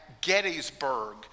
Gettysburg